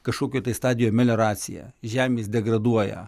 kažkokioj tai stadijoj melioracija žemės degraduoja